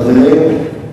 חברים,